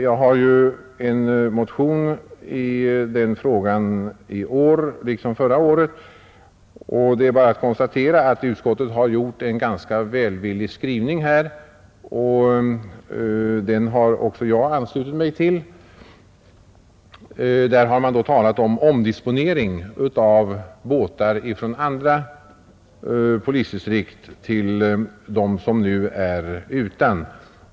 Jag har väckt en motion i den frågan i år liksom förra året, och det är bara att konstatera att utskottet gjort en ganska välvillig skrivning, som också jag anslutit mig till. Utskottet har talat om omdisponering av båtar från andra polisdistrikt till de distrikt som nu är utan.